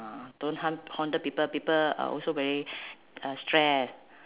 don't hunt haunted people people uh also very uh stress